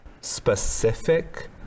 specific